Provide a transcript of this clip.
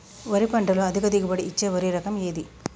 వరి పంట లో అధిక దిగుబడి ఇచ్చే వరి రకం ఏది?